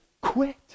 quit